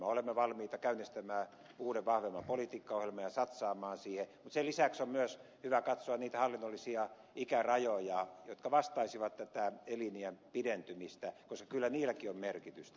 olemme valmiita käynnistämään uuden vahvemman politiikkaohjelman ja satsaamaan siihen mutta sen lisäksi on myös hyvä katsoa niitä hallinnollisia ikärajoja jotka vastaisivat tätä eliniän pidentymistä koska kyllä niilläkin on merkitystä